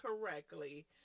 correctly